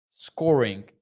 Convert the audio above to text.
scoring